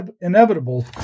inevitable